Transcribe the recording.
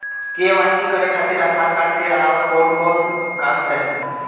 KYC करे खातिर Aadhaar card के अलावा आउरकवन कवन कागज चाहीं?